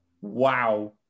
Wow